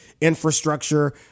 infrastructure